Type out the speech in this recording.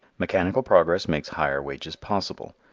mechanical progress makes higher wages possible.